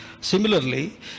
similarly